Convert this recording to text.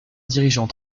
dirigeant